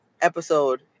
episode